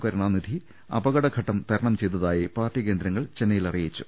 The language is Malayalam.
കരുണാനിധി അപകടഘട്ടം തരണം ചെയ്തതായി പാർട്ടി കേന്ദ്രങ്ങൾ ചെന്നൈയിൽ അറി യിച്ചു